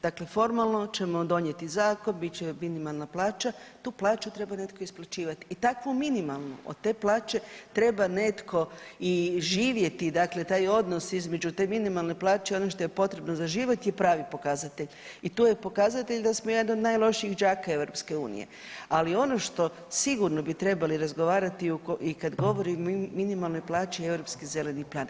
Dakle formalno ćemo donijeti zakon, bit će minimalna plaća, tu plaću treba netko isplaćivati i takvu minimalnu, od te plaće treba netko i živjeti i dakle taj odnos između te minimalne plaće i ono što je potrebno za život je pravi pokazatelj i tu je pokazatelj da smo jedan od najlošijih đaka EU, ali ono što sigurno bi trebali razgovarati i kad govorimo o minimalnoj plaći je Europski zeleni plan.